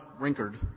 Rinkard